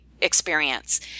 experience